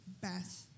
Best